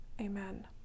amen